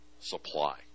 supply